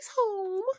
home